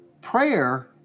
Prayer